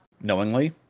knowingly